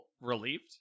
relieved